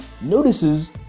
notices